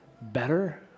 better